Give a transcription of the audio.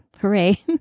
hooray